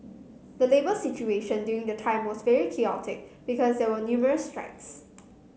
the labour situation during the time was very chaotic because there were numerous strikes